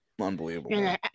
Unbelievable